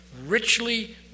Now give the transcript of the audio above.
richly